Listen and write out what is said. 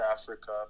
Africa